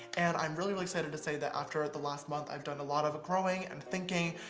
and i'm really, really excited to say that after the last month i've done a lot of growing and thinking.